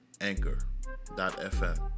anchor.fm